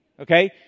okay